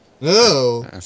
No